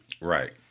Right